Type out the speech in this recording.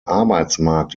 arbeitsmarkt